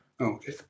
Okay